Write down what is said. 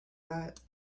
that